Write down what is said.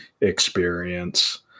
experience